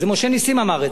משה נסים אמר את זה.